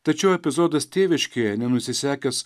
tačiau epizodas tėviškėje nenusisekęs